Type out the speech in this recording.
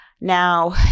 Now